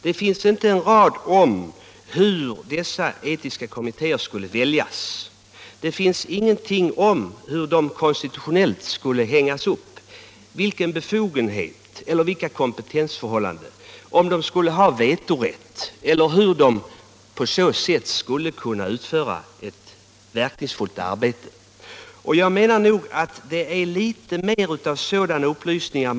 Det finns inte en rad om hur dessa etiska kommittéer skulle väljas. Det står ingenting om hur de skulle hängas upp konstitutionellt, vilken befogenhet de skulle ha, vilka kompetensförhållanden som skulle råda, om de skulle ha vetorätt eller hur de skulle kunna utföra ett verkningsfullt arbete. Jag menar att man måste ha mer av sådana upplysningar.